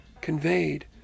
conveyed